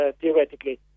theoretically